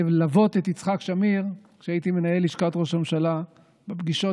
ללוות את יצחק שמיר כשהייתי מנהל לשכת ראש הממשלה בפגישות